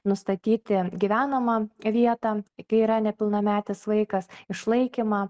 nustatyti gyvenamą vietą kai yra nepilnametis vaikas išlaikymą